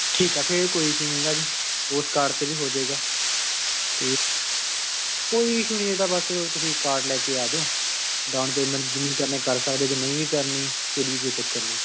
ਠੀਕ ਹੈ ਫਿਰ ਕੋਈ ਈਸ਼ੂ ਨਹੀਂ ਹੈਗਾ ਜੀ ਉਸ ਕਾਰਡ 'ਤੇ ਵੀ ਹੋ ਜਾਏਗਾ ਅਤੇ ਕੋਈ ਇਸ਼ੂ ਨਹੀਂ ਇਹਦਾ ਬਸ ਤੁਸੀਂ ਕਾਰਡ ਲੈ ਕੇ ਆ ਜਾਓ ਡਾਊਨ ਪੇਮੈਂਟ ਜਿੰਨੀ ਕਰਨੀ ਕਰ ਸਕਦੇ ਜੇ ਨਹੀਂ ਵੀ ਕਰਨੀ ਫਿਰ ਵੀ ਕੋਈ ਚੱਕਰ ਨਹੀਂ